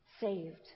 saved